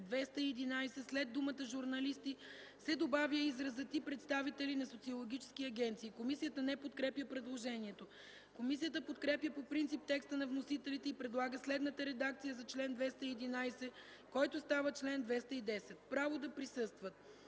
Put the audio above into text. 211 след думата „журналисти” се добавя изразът „и представители на социологически агенции”. Комисията не подкрепя предложението. Комисията подкрепя по принцип текста на вносителите и предлага следната редакция за чл. 211, който става чл. 210: „Право да присъстват